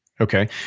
Okay